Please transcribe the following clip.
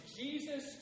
Jesus